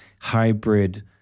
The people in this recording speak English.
hybrid